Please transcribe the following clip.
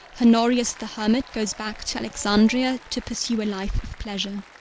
honorius the hermit goes back to alexandria to pursue a life of pleasure.